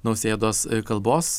nausėdos kalbos